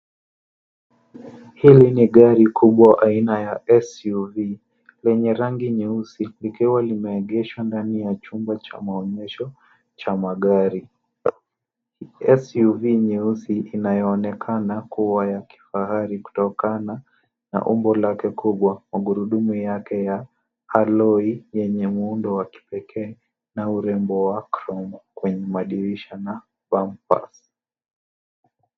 Hili ni gari kubwa aina ya SUV lenye rangi nyeusi likiwa limeegeshwa ndani ya chumba cha maonyesho cha magari. SUV nyeusi inayoonekana kuwa ya kifahari kutokana na umbo lake kubwa, magurudumu yake ya aloi, yenye muundo wa kipekee na urembo wa kromo kwenye madirisha na bampas.